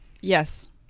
Yes